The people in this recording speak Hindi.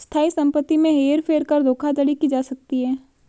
स्थायी संपत्ति में हेर फेर कर धोखाधड़ी की जा सकती है